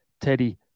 Teddy